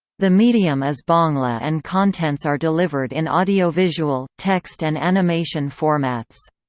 the medium is bangla and contents are delivered in audio-visual, text and animation formats.